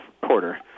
porter